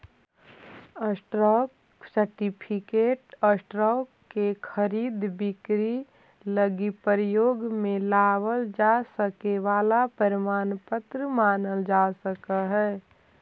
stock certificate stock के खरीद बिक्री लगी प्रयोग में लावल जा सके वाला प्रमाण पत्र मानल जा सकऽ हइ